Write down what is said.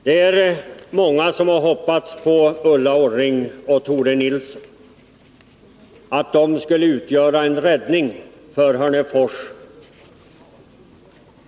Det är många som har hoppats på att Ulla Orring och Tore Nilsson skulle utgöra en räddning för Hörnefors.